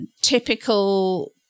typical